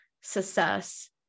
success